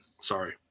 Sorry